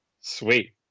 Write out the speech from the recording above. Sweet